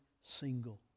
single